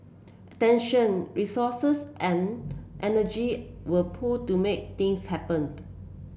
attention resources and energy were pooled to make things happen